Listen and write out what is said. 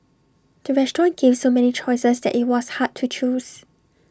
the restaurant gave so many choices that IT was hard to choose